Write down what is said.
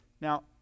Now